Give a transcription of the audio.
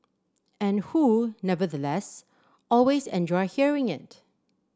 and who nevertheless always enjoy hearing it